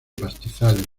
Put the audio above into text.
pastizales